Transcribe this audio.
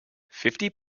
fifty